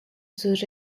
sus